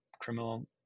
criminal